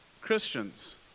Christians